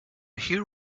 here